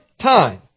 time